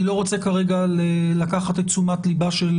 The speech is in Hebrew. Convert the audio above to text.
אני לא רוצה כרגע לקחת את תשומת לבה של